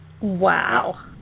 Wow